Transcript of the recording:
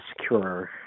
secure